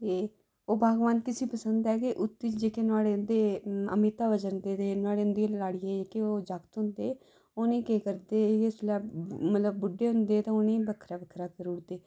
एह् भागवान किस लेई पसंद ऐ कि जेह्के नुआड़े उंदे अमिताबचन ते नुआड़ी जेह्की लाड़ी ऐ दौ जागत होंदे ओह् केह् करदे जे किश मतलब बुड्डे होंदे ते उनेंगी बक्खरा बक्खरा करी ओड़दे